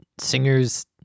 singers